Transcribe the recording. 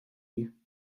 you